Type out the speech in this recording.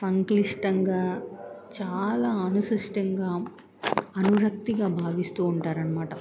సంక్లిష్టంగా చాలా అనుసృష్టంగా అనురక్తిగా భావిస్తూ ఉంటారు అనమాట